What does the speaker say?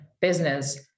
business